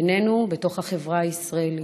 בינינו, בתוך החברה הישראלית.